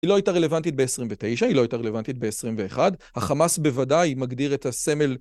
היא לא הייתה רלוונטית ב-29, היא לא הייתה רלוונטית ב-21. החמאס בוודאי מגדיר את הסמל.